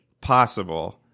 possible